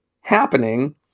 happening